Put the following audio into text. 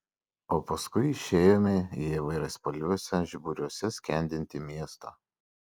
o paskui išėjome į įvairiaspalviuose žiburiuose skendintį miestą